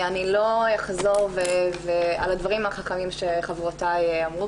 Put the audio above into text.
אני לא אחזור על הדברים החכמים שחברותיי אמרו